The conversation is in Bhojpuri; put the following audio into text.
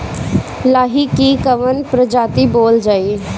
लाही की कवन प्रजाति बोअल जाई?